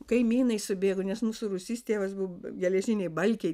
kaimynai subėgo nes mūsų rūsys tėvas buvo geležiniai balkiai